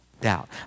doubt